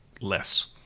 less